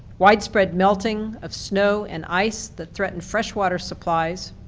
widespread melting of snow and ice that threaten freshwater supplies,